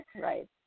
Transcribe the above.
right